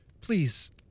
Please